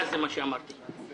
בעקבות פרסום